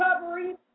Recovery